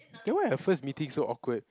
then why our first meeting so awkward